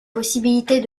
possibilités